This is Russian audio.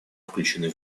включены